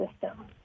system